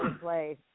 Play